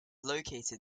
located